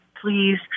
please